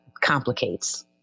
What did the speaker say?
complicates